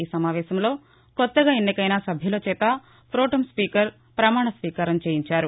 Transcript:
ఈ సమావేశంలో కొత్తగా ఎన్నికైన సభ్యులచేత ప్రొటెం స్పీకర్ ప్రమాణస్వీకారం చేయించారు